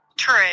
True